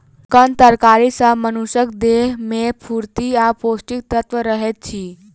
कंद तरकारी सॅ मनुषक देह में स्फूर्ति आ पौष्टिक तत्व रहैत अछि